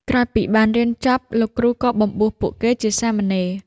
ក្រោយពីបានរៀនចប់ លោកគ្រូក៏បំបួសពួកគេជាសាមណេរ។